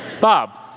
Bob